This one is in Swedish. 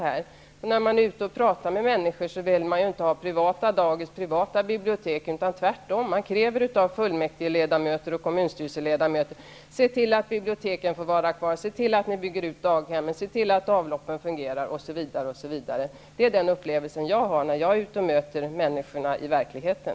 Men när man pratar med människor hör man att de inte vill ha privata daghem eller privata bibliotek. Tvärtom kräver de av fullmäktigeledamöter och kommunstyrelseledamöter att de skall se till att biblioteken får vara kvar, att daghemmen byggs ut, att avloppen fungerar, osv. Det är den upplevelse jag har, när jag möter människor i verkligheten.